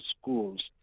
schools